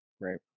Right